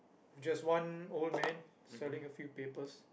just one old man selling a few papers